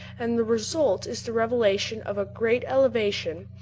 and the result is the revelation of a great elevation,